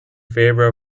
favor